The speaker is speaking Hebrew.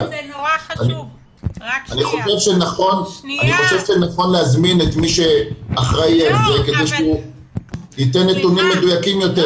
אני חושב שנכון להזמין את מי שאחראי --- שייתן נתונים מדויקים יותר.